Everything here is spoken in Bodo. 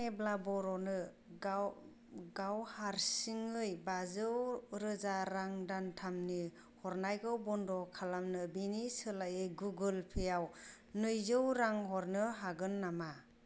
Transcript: नों मेब्ला बर'नो गाव गाव हारसिङै बाजौ रोजा रां दानथामनि हरनायखौ बन्द' खालामनो बेनि सोलायै गुगोल पे आव नैजौ रां हरनो हागोन नामा